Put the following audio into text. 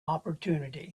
opportunity